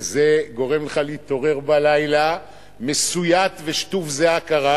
וזה גורם לך להתעורר בלילה מסויט ושטוף זיעה קרה,